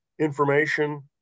information